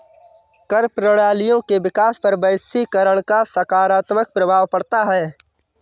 कर प्रणालियों के विकास पर वैश्वीकरण का सकारात्मक प्रभाव पढ़ता है